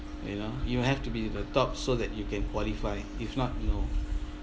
you know you have to be the top so that you can qualify if not no